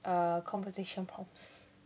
err conversation pops